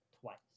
twice